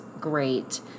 great